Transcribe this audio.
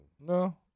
No